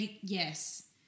yes